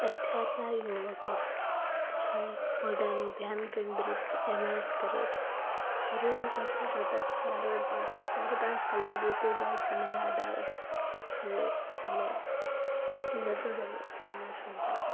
અત્યારના યુવકો જાણે પોતાનું ધ્યાન કેન્દ્રિત એમાં જ કરે છે રીલ જોતાં જોતાં ક્યારે પણ ચાર પાંચ કલાક વીતી જાય છે ને યાદ આવે છે જે સમય જતો રહ્યો તેનું શું કરવું